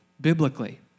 Biblically